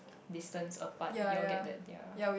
distance apart you all get that their